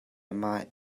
mah